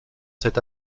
cette